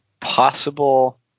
possible